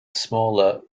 smaller